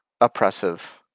oppressive